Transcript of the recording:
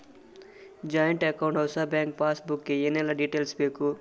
Joint account ಹೊಸ bank pass ಗೆ ಏನೆಲ್ಲ ಡೀಟೇಲ್ಸ್ ಬೇಕು?